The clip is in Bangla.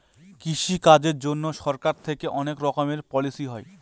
কৃষি কাজের জন্যে সরকার থেকে অনেক রকমের পলিসি হয়